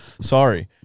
Sorry